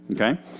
Okay